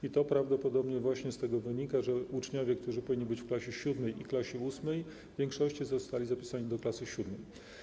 I to prawdopodobnie właśnie z tego wynika, że uczniowie, którzy powinni być w klasie VII lub klasie VIII, w większości zostali zapisani do klasy VII.